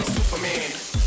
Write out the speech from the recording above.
Superman